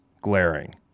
glaring